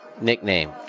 nickname